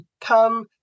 Come